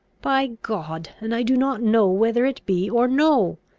by god, and i do not know whether it be or no!